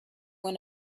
when